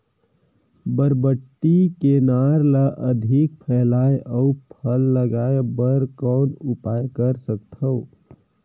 बरबट्टी के नार ल अधिक फैलाय अउ फल लागे बर कौन उपाय कर सकथव?